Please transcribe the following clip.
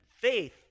faith